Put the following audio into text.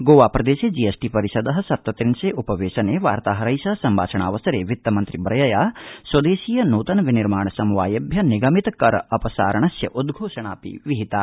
गोवा प्रदेशे G S T परिषद सप्तत्रिंशे उपवेशने वार्ताहरै सह सम्भाषणावसरे वित्तमन्त्रि वर्यया स्वदेशीय नूतन विनिर्माण समवायेभ्य निगमित कर अपसारणस्योद्धोषणापि विहिता